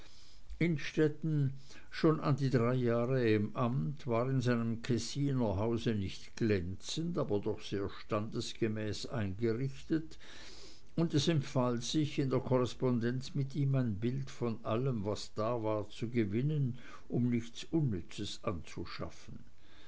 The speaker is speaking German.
innstetten schon an die drei jahre im amt war in seinem kessiner hause nicht glänzend aber doch sehr standesgemäß eingerichtet und es empfahl sich in der korrespondenz mit ihm ein bild von allem was da war zu gewinnen um nichts unnützes anzuschaffen